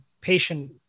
patient